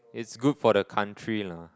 it's good for the country lah